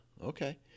okay